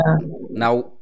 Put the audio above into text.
now